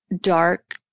dark